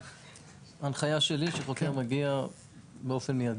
ההנחיה שלי שחוקר מגיע באופן מיידי.